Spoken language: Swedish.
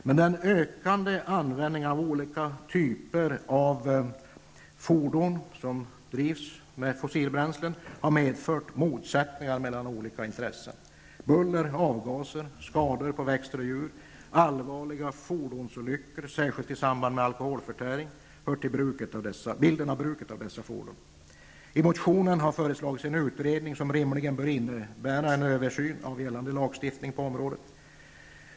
Men den ökande användningen av olika typer av fordon som drivs med fossilbränslen har medfört motsättningar mellan olika intressen. Buller och avgaser, skador på växter och djur, allvarliga fordonsolyckor, särskilt i samband med alkoholförtäring, hör till bilden av bruket av dessa fordon. I motionen har föreslagits en utredning som rimligen bör innebära en översyn av gällande lagstiftning.